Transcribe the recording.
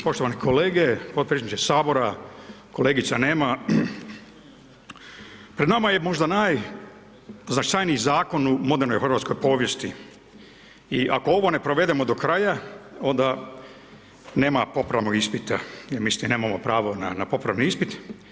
Poštovani kolege, podpredsjedniče sabora, kolegica nema, pred nama je možda najznačajniji zakon u modernoj hrvatskoj povijesti i ako ovo ne provedemo do kraja onda nema popravnog ispita, mislim nemamo pravo na popravni ispit.